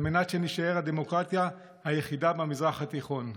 על מנת שנישאר הדמוקרטיה היחידה במזרח התיכון.